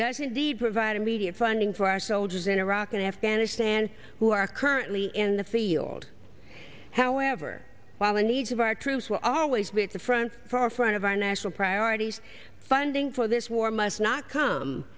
does indeed provide immediate funding for our soldiers in iraq and afghanistan who are currently in the field however while the needs of our troops will always be at the front for front of our national priorities funding for this war must not come